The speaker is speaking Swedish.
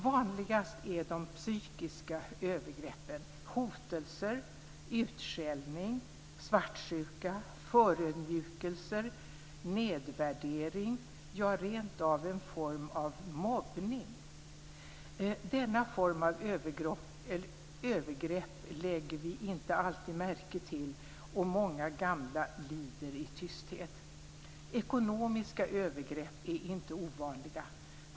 Vanligast är de psykiska övergreppen: hotelser, utskällning, svartsjuka, förödmjukelser, nedvärdering, rentav en form av mobbning. Denna form av övergrepp lägger vi inte alltid märke till och många gamla lider i tysthet. Ekonomiska övergrepp är inte ovanliga.